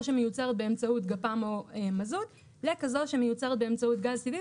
שמיוצרת באמצעות גפ"מ או מזוט לכזו שמיוצרת באמצעות גז טבעי,